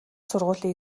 сургуулийн